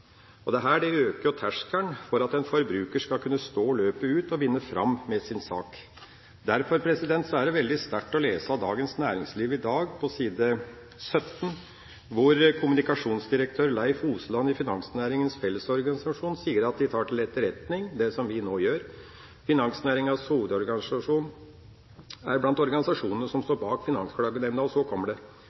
øker terskelen for at en forbruker skal kunne stå løpet ut og vinne fram med sin sak. Derfor er det veldig sterkt å lese Dagens Næringsliv i dag på side 17, hvor kommunikasjonsdirektør Leif Osland i Finansnæringens Fellesorganisasjon sier at de tar til etterretning det som vi nå gjør. Finansnæringens Fellesorganisasjon er blant organisasjonene som står bak Finansklagenemnda. Og så kommer det: